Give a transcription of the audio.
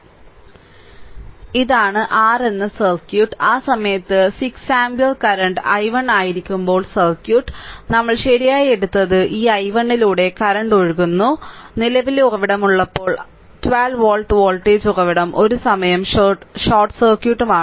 ഇതാണ് r എന്ന circuit ആ സമയത്ത് 6 ആമ്പിയർ കറന്റ് i1 ആയിരിക്കുമ്പോൾ സർക്യൂട്ട് നമ്മൾ ശരിയായി എടുത്ത ഈ i1 ലൂടെ കറന്റ് ഒഴുകുന്നു നിലവിലെ ഉറവിടം ഉള്ളപ്പോൾ 12 വോൾട്ട് വോൾട്ടേജ് ഉറവിടം ഒരു സമയം ഷോർട്ട് സർക്യൂട്ട്മാണ്